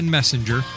Messenger